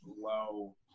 low